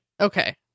Okay